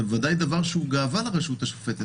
זה ודאי גאווה לרשות השופטת,